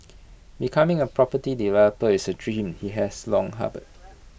becoming A property developer is A dream he has long harboured